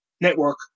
network